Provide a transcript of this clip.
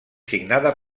signada